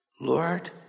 lord